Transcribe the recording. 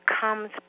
comes